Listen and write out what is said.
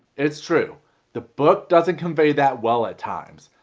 it's true the book doesn't convey that well at times,